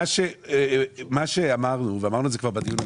מה שאמרנו, ואמרנו את זה כבר בדיון הקודם,